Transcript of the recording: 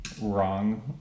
wrong